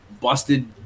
busted